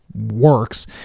works